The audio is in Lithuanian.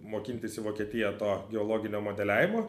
mokintis į vokietiją to geologinio modeliavimo